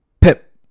pip